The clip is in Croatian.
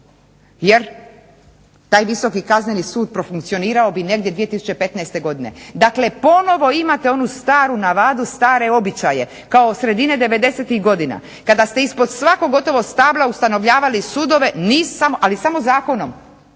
jer taj Visoki kazneni sud profunkcionirao bi negdje 2015. godine. Dakle ponovo imate onu staru navadu, stare običaje, kao od sredine '90.-tih godina kada ste ispod svakog gotovo stabla ustanovljavali sudove, ali samo zakonom,